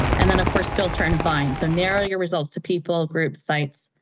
and then of course filter and find. so narrow your results to people, groups, sites,